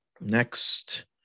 next